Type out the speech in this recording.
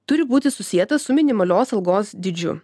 turi būti susietas su minimalios algos dydžiu